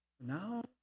Now